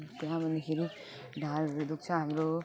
त्यहाँ भन्दाखेरि ढाडहरू दुःख्छ हाम्रो